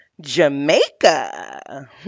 Jamaica